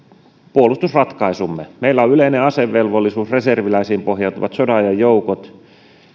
puolustusratkaisumme perusteleminen meillä on yleinen asevelvollisuus reserviläisiin pohjautuvat sodanajan joukot